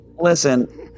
Listen